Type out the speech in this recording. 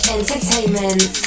Entertainment